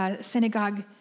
synagogue